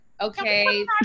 Okay